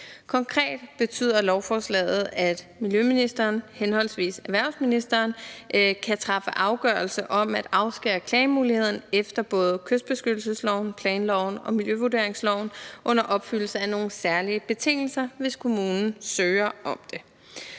Konkret betyder lovforslaget, at miljøministeren henholdsvis erhvervsministeren kan træffe afgørelse om at afskære klagemuligheden efter både kystbeskyttelsesloven, planloven og miljøvurderingsloven under opfyldelse af nogle særlige betingelser, hvis kommunen søger om det.